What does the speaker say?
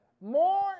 More